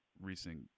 recent